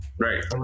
Right